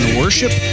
worship